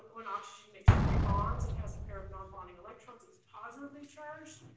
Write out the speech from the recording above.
when oxygen makes three bonds, and has a pair of non-bonding electrons, it's positively charged,